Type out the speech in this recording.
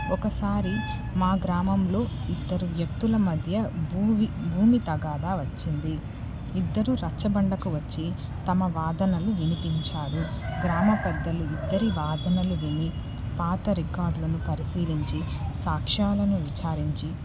ఒకసారి మా గ్రామంలో ఇద్దరు వ్యక్తుల మధ్య భూవి భూమి తగాదా వచ్చింది ఇద్దరు రచ్చబండకు వచ్చి తమ వాదనలు వినిపించారు గ్రామ పెద్దలు ఇద్దరి వాదనలు విని పాత రికార్డులను పరిశీలించి సాక్షాలను విచారించి